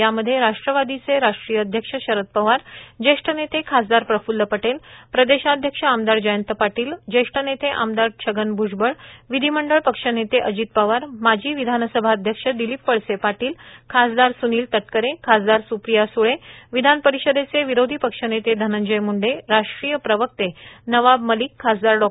यामध्ये राष्ट्रवादीचे राष्ट्रीय अध्यक्ष शरद पवार ज्येष्ठ नेते खासदार प्रफ्ल्ल पटेल प्रदेशाध्यक्ष आमदार जयंत पाटील ज्येष्ठ नेते आमदार छगन भूजबळ विधीमंडळ पक्षनेते अजितदादा पवार माजी विधानसभा अध्यक्ष दिलीप वळसे पाटील खासदार स्निल तटकरे खासदार स्प्रिया सुळे विधानपरिषदेचे विरोधी पक्षनेते धनंजय मुंडे राष्ट्रीय प्रवक्ते नवाब मलिक खासदार डॉ